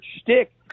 shtick